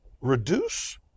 reduce